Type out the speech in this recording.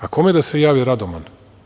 A kome da se javi Radoman?